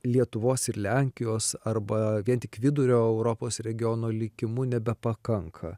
lietuvos ir lenkijos arba vien tik vidurio europos regiono likimu nebepakanka